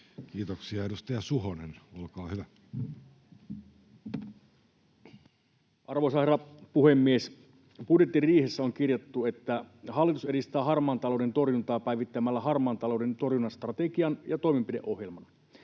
2025 Time: 14:43 Content: Arvoisa herra puhemies! Budjettiriihessä on kirjattu: ”Hallitus edistää harmaan talouden torjuntaa päivittämällä harmaan talouden torjunnan strategian ja toimenpideohjelman.